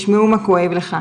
ישמעו מה כואב לך,